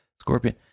Scorpion